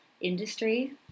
industry